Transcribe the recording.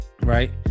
right